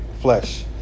flesh